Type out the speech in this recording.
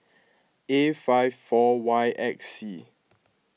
A five four Y X C